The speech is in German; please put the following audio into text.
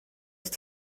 ist